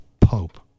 Pope